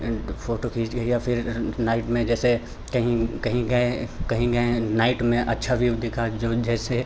इनकी फ़ोटो खींच के या फिर नाइट में जैसे कहीं कहीं गए कहीं गए हैं नाइट में अच्छा व्यू दिखा जो जैसे